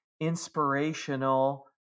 inspirational